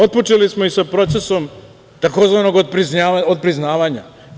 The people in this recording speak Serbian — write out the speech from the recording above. Otpočeli smo i sa procesom tzv. otpriznavanja.